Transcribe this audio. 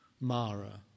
mara